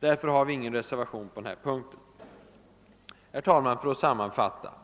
Därför har vi ingen reservation på denna punkt. Herr talman! Jag skall sammanfatta mina synpunkter: